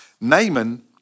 Naaman